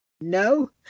no